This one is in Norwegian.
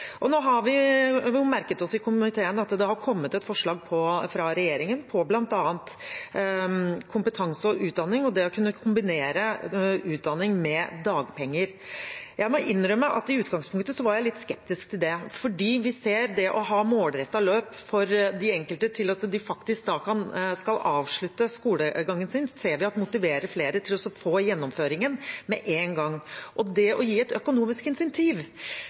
Nå har vi i komiteen merket oss at det har kommet et forslag fra regjeringen om bl.a. kompetanse og utdanning og det å kunne kombinere utdanning med dagpenger. Jeg må innrømme at i utgangspunktet var jeg litt skeptisk til det, fordi vi ser at det å ha målrettede løp for de enkelte for at de faktisk skal avslutte skolegangen sin, motiverer flere til å få gjennomført med en gang. Det å gi et økonomisk insentiv